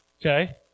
okay